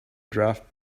draft